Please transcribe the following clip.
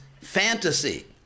fantasy